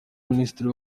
minisitiri